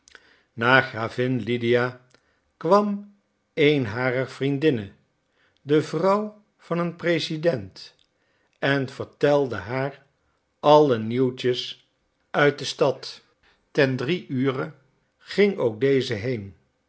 na gravin lydia kwam een harer vriendinnen de vrouw van een president en vertelde haar alle nieuwtjes uit de stad ten drie ure ging ook deze heen